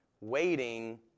waiting